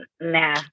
nah